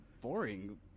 boring